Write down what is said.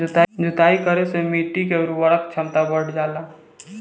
जुताई करे से माटी के उर्वरक क्षमता बढ़ जाला